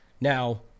Now